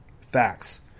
Facts